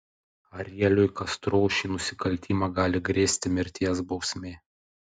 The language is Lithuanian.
arieliui castro už šį nusikaltimą gali grėsti mirties bausmė